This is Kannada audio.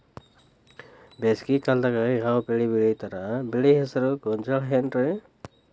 ಬೇಸಿಗೆ ಕಾಲದಾಗ ಯಾವ್ ಬೆಳಿ ಬೆಳಿತಾರ, ಬೆಳಿ ಹೆಸರು ಗೋಂಜಾಳ ಏನ್?